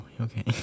okay